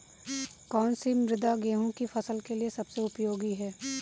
कौन सी मृदा गेहूँ की फसल के लिए सबसे उपयोगी है?